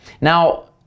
Now